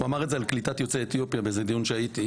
הוא אמר את זה על קליטת יוצאי אתיופיה באחד הדיונים שהייתי,